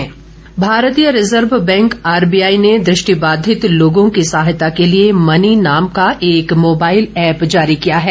RBI भारतीय reserve bank RBI ने दृष्टिबाधित लोगों की सहायता के लिए मनी नाम का एक मोबाईल ऐप जारी किया है